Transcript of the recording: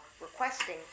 requesting